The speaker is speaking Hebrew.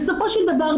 בסופו של דבר,